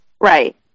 Right